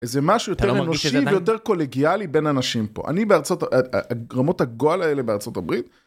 איזה משהו יותר אנושי ויותר קולגיאלי בין אנשים פה. אני בארה״ב, רמות הגועל האלה בארה״ב.